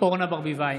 אורנה ברביבאי,